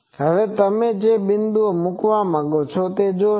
હવે તમે જે બિંદુ મુક્વા માંગો છો તે જોશો